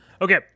Okay